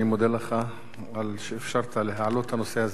אני מודה לך על שאפשרת להעלות את הנושא הזה.